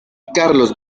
carlos